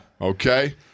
Okay